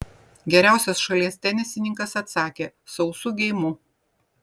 geriausias šalies tenisininkas atsakė sausu geimu